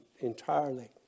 entirely